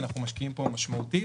אנחנו משקיעים פה בצורה משמעותית.